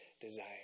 desire